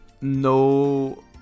No